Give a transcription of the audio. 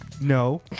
no